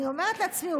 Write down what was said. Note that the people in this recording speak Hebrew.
אני אומרת לעצמי,